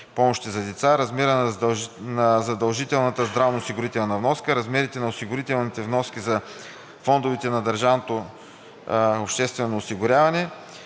помощи за деца; размерът на задължителната здравноосигурителна вноска; размерите на осигурителните вноски за фондовете на държавното обществено осигуряване;